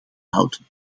houden